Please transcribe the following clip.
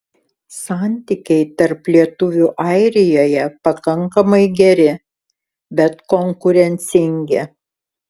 santykiai tarp lietuvių airijoje pakankamai geri bet konkurencingi